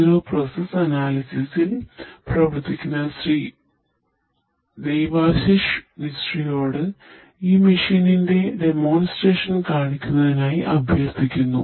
0 കാണിക്കുന്നതിനായി അഭ്യർത്ഥിക്കുന്നു